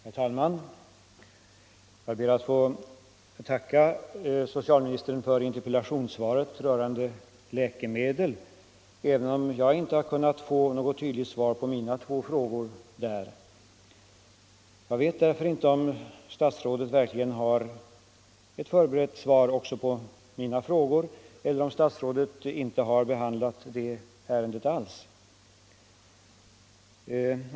Herr talman! Jag ber att få tacka socialministern för interpellationssvaret rörande läkemedel, även om jag däri inte har kunnat få något tydligt svar på mina två frågor. Jag vet därför inte om statsrådet verkligen har ett förberett svar också på mina frågor eller om statsrådet inte har behandlat det ärendet alls.